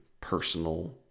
personal